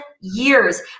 years